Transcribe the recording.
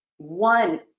One